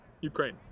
Ukraine